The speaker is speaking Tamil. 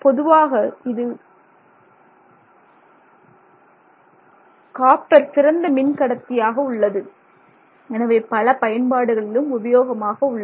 பொதுவாக இது காப்பர் சிறந்த மின்கடத்தி யாக உள்ளது எனவே பல பயன்பாடுகளிலும் உபயோகமாக உள்ளது